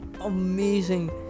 amazing